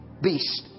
beast